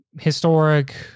historic